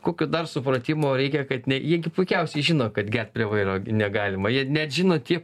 kokio dar supratimo reikia kad ne jie puikiausiai žino kad gert prie vairo gi negalima jie net žino tie